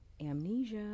amnesia